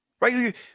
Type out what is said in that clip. Right